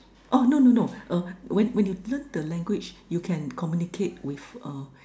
orh no no no uh when when you learn the language you can communicate with a